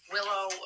Willow